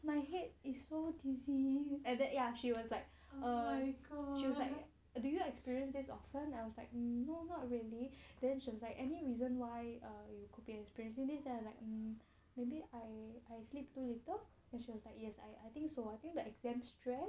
my head is so dizzy and ya she was like or you can choose like do you experience that's often I was like no not really then she was like any reason why are you could be experiencing this then I was like um maybe I I sleep too little then she was like yes I I think so I think the exam stress